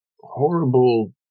horrible